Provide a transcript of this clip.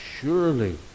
Surely